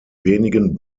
wenigen